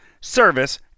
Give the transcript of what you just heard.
service